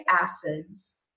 acids